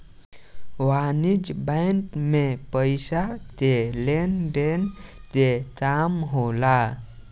वाणिज्यक बैंक मे पइसा के लेन देन के काम होला